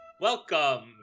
Welcome